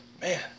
man